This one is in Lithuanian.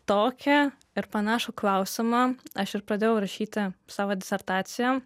tokią ir panašų klausimą aš ir pradėjau rašyti savo disertaciją